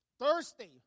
Thursday